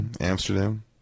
Amsterdam